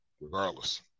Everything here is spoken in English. regardless